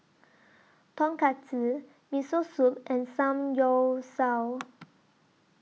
Tonkatsu Miso Soup and Samgyeopsal